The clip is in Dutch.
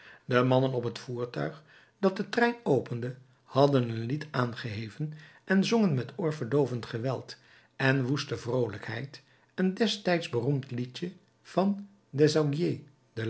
de mannen op het voertuig dat den trein opende hadden een lied aangeheven en zongen met oorverdoovend geweld en woeste vroolijkheid een destijds beroemd liedje van